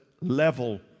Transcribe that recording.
level